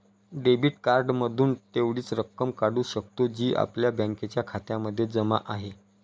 debit card मधून तेवढीच रक्कम काढू शकतो, जी आपल्या बँकेच्या खात्यामध्ये जमा आहे